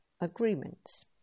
agreements